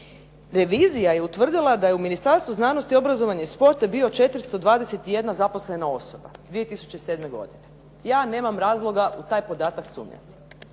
Revizija je utvrdila da je u Ministarstvu znanosti, obrazovanja i sporta bio 421 zaposlena osoba 2007. godine. Ja nemam razloga u taj podatak sumnjati.